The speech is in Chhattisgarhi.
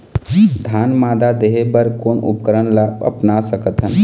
धान मादा देहे बर कोन उपकरण ला अपना सकथन?